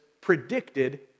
predicted